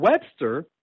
Webster